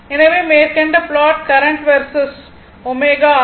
எனவே மேற்கண்ட plot current versus ω ஆகும்